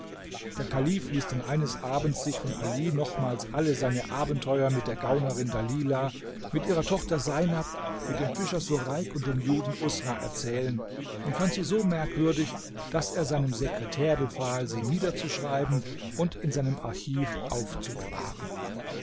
der kalif ließ dann eines abends sich von ali nochmals alle seine abenteuer mit der gaunerin dalilah mit ihrer tochter seinab mit dem fischer sureik und dem juden usra erzählen und fand sie so merkwürdig daß er seinem sekretär befahl sie niederzuschreiben und in seinem archiv aufzubewahren